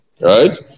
right